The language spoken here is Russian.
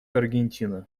аргентина